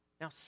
Now